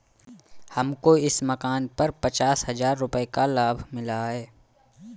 हमको इस मकान पर पचास हजार रुपयों का लाभ मिला है